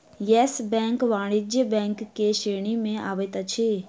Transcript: yes Bank वाणिज्य bank के श्रेणी में अबैत अछि